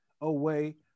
away